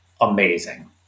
amazing